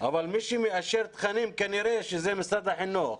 אבל מי שמאשר תכנים כנראה שזה משרד החינוך.